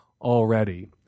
already